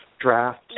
draft